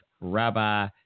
Rabbi